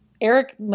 Eric